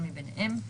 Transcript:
על הגעתם לכאן.